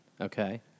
Okay